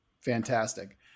Fantastic